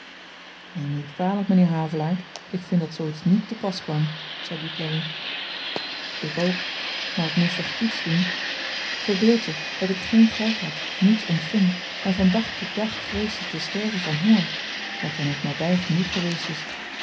neem me niet kwalyk m'nheer havelaar ik vind dat zoo iets niet te pas kwam zei duclari ik ook maar ik moest toch iets doen verbeeld je dat ik geen geld had niets ontving en van dag tot dag vreesde te sterven van honger wat dan ook naby genoeg geweest is